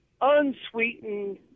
unsweetened